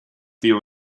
feel